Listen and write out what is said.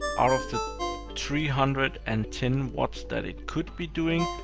out of the three hundred and ten watts that it could be doing,